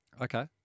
Okay